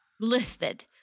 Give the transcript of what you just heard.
listed